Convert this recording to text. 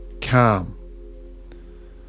calm